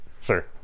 Sure